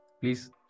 please